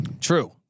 True